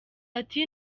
ati